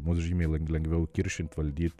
mus žymiai lengviau kiršint valdyt